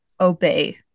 obey